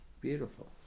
Beautiful